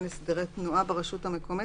הסדרי תנועה ברשות המקומית".